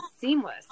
seamless